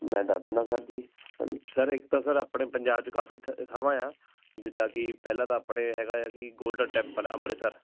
ਮੈਂ ਦੱਸ ਦਿੰਦਾ ਸਰ ਜੀ ਸਰ ਇੱਕ ਤਾਂ ਸਰ ਆਪਣੇ ਪੰਜਾਬ 'ਚ ਕਾਫ਼ੀ ਥਾਵਾਂ ਆ ਜਿੱਦਾਂ ਕੀ ਪਹਿਲਾਂ ਤਾਂ ਆਪਣੇ ਹੈਗਾ ਹੈ ਕੀ ਗੋਲਡਨ ਟੈਪਲ ਅੰਮ੍ਰਿਤਸਰ